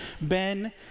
Ben